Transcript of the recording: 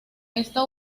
esta